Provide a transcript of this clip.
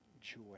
joy